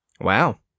Wow